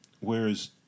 whereas